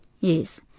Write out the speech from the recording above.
Yes